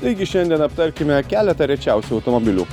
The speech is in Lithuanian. taigi šiandien aptarkime keletą rečiausių automobilių